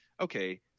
okay